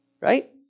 Right